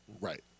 Right